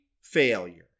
failure